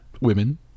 women